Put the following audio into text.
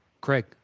Craig